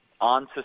on